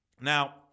Now